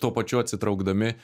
tuo pačiu atsitraukdami